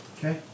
Okay